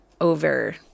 over